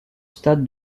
stade